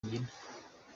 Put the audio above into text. mbyina